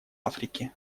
африки